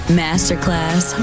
masterclass